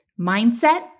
mindset